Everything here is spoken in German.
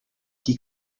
die